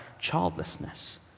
childlessness